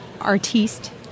artiste